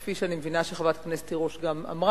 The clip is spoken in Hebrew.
כפי שאני מבינה שחברת הכנסת תירוש גם אמרה,